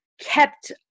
kept